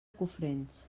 cofrents